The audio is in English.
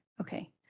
Okay